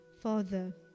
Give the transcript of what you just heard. Father